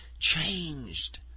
changed